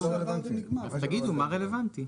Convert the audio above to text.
אז תגידו מה רלוונטי.